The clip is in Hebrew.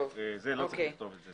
לא צריך לכתוב את זה,